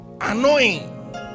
annoying